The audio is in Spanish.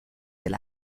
del